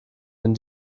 den